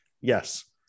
Yes